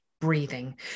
breathing